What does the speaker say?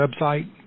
website